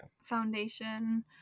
foundation